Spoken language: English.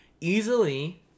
Easily